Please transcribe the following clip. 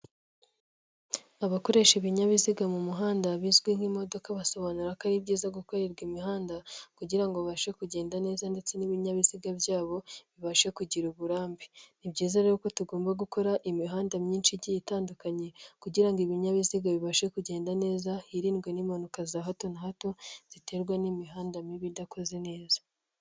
Abakoresha ibinyabiziga mu muhanda bizwi nk'imodoka, basobanura ko ari byiza gukorerwa imihanda kugira ngo babashe kugenda neza ndetse n'ibinyabiziga byabo bibashe kugira uburambe. Ni byiza rero ko tugomba gukora imihanda myinshi igiye itandukanye kugira ngo ibinyabiziga bibashe kugenda neza. Hirindwe n'impanuka za hato na hato ziterwa n'imihanda mibi idakoze neza.